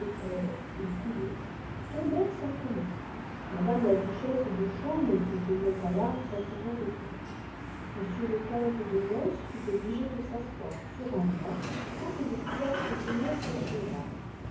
poulot tombèrent sans connaissance madame la duchesse de ghaulnes fte tenait à tarbre sans pouvoir le quitter m le comte de mens fut obligé de s'asseoir sur un banc faute de pouvoir se tenir sur ses jambes